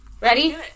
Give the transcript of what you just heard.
Ready